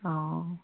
অঁ